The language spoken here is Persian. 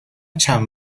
چند